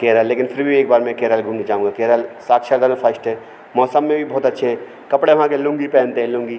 केरल लेकिन फिर भी एक बार मैं केरल घूमने जाऊँगा केरल साक्षर दर में फ़श्ट है मौसम में भी बहुत अच्छे हैं कपड़े वहाँ के लुंगी पहनते हैं लुंगी